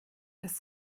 das